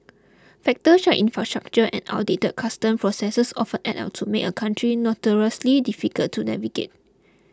factors such as infrastructure and outdated customs processes often add up to make a country notoriously difficult to navigate